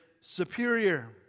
superior